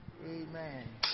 Amen